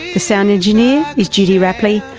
the sound engineer is judy rapley.